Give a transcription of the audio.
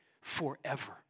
forever